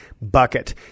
bucket